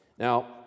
Now